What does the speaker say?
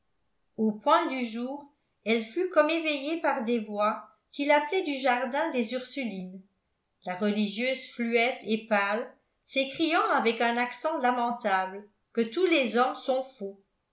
au point du jour elle fut comme éveillée par des voix qui l'appelaient du jardin des ursulines la religieuse fluette et pâle s'écriant avec un accent lamentable que tous les hommes sont faux